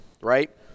right